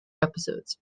episodes